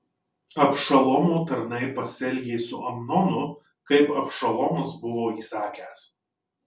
abšalomo tarnai pasielgė su amnonu kaip abšalomas buvo įsakęs